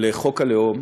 לחוק הלאום